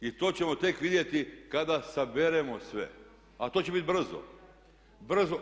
I to ćemo tek vidjeti kada saberemo sve, ali to će biti brzo, brzo.